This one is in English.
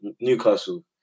Newcastle